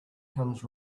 comes